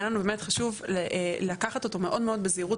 היה לנו באמת חשוב לקחת אותו מאוד מאוד בזהירות